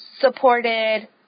supported